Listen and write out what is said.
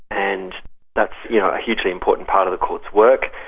and that's yeah a hugely important part of the court's work.